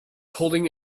holding